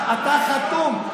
אתה חתום.